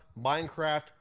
Minecraft